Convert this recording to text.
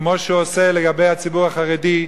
כמו שהוא עושה לגבי הציבור החרדי,